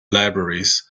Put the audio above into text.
libraries